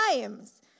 times